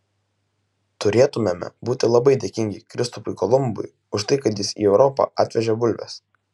turėtumėme būti labai dėkingi kristupui kolumbui už tai kad jis į europą atvežė bulves